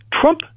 Trump